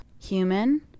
human